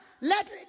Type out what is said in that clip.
let